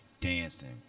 dancing